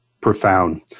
profound